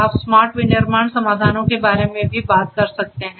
आप स्मार्ट विनिर्माण समाधानों के बारे में भी बात कर सकते है